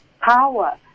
power